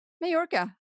Majorca